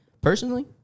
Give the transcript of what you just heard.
personally